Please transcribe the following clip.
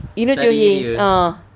you know teo heng ah